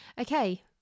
okay